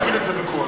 תגיד את זה בקול.